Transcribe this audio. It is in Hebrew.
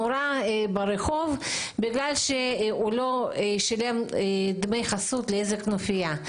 נורה ברחוב בגלל שלא שילם דמי חסות לאיזושהי כנופיה.